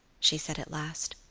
she said at last.